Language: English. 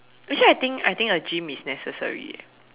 actually I think I think a gym is necessary eh